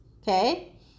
okay